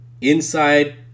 Inside